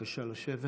בבקשה לשבת.